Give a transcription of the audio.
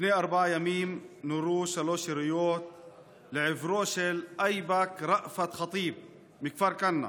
לפני ארבעה ימים נורו שלוש יריות לעברו של אייבק ראפת ח'טיב מכפר כנא,